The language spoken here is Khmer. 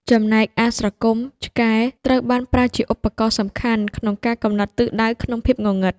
ចំណែកអាស្រគំ (ឆ្កែ) ត្រូវបានប្រើជាឧបករណ៍សំខាន់ក្នុងការកំណត់ទិសដៅក្នុងភាពងងឹត។